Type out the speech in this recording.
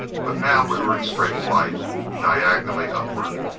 but now we were in straight flight diagonally upward.